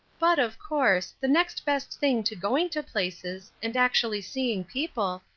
but, of course, the next best thing to going to places, and actually seeing people,